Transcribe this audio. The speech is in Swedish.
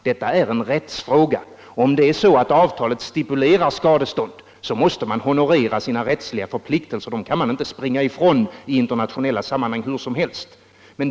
Detta är en rättsfråga. Om det är så att avtalet stipulerar skadestånd, måste man honorera sina rättsliga förpliktelser. Den kan man inte springa ifrån i internationella sammanhang hur som helst.